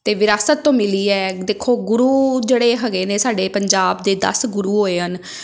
ਅਤੇ ਵਿਰਾਸਤ ਤੋਂ ਮਿਲੀ ਹੈ ਦੇਖੋ ਗੁਰੂ ਜਿਹੜੇ ਹੈਗੇ ਨੇ ਸਾਡੇ ਪੰਜਾਬ ਦੇ ਦਸ ਗੁਰੂ ਹੋਏ ਹਨ